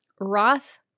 Roth